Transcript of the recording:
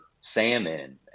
salmon